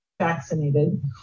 vaccinated